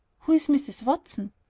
who's mrs. watson?